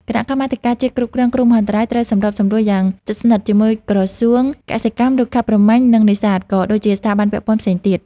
គណៈកម្មាធិការជាតិគ្រប់គ្រងគ្រោះមហន្តរាយត្រូវសម្របសម្រួលយ៉ាងជិតស្និទ្ធជាមួយក្រសួងកសិកម្ម រុក្ខាប្រមាញ់ និងនេសាទ ក៏ដូចជាស្ថាប័នពាក់ព័ន្ធផ្សេងទៀត។